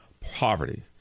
poverty